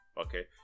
okay